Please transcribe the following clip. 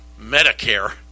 Medicare